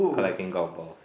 collecting golf balls